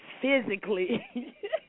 physically